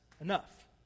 enough